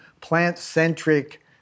plant-centric